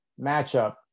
matchup